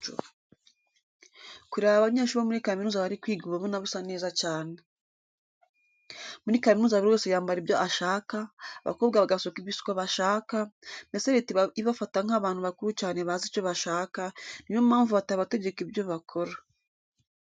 Kureba abanyeshuri bo muri kaminuza bari kwiga uba ubona basa neza cyane. Muri kaminuza buri wese yambara ibyo ashaka, abakobwa bagasuka ibisuko bashaka, mbese leta iba ibafata nk'abantu bakuru cyane bazi icyo bashaka, ni yo mpamvu batabategeka ibyo bakora.